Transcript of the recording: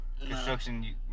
Construction